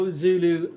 zulu